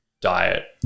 diet